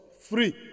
free